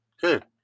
good